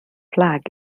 flag